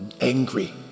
angry